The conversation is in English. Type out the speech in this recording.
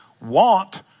want